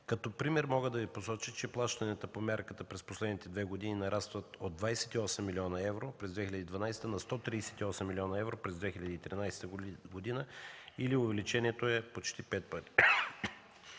Като пример мога да Ви посоча, че плащанията по мярката през последните две години нарастват от 28 млн. евро през 2012 г. на 138 млн. евро през 2013 г., или увеличението е почти пет